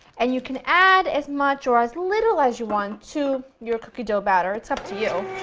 and you can add as much or as little as you want to your cookie dough batter, it's up to you.